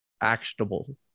actionable